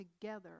together